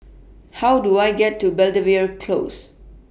How Do I get to Belvedere Close